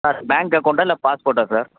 sir bank அக்கௌண்ட்டா இல்லை பாஸ்போர்ட்டா சார்